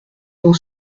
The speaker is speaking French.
dans